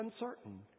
uncertain